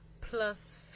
plus